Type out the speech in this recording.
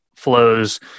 flows